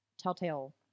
telltale